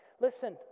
Listen